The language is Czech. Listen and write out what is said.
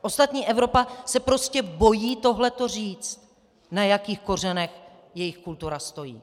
Ostatní Evropa se prostě bojí tohleto říct, na jakých kořenech její kultura stojí.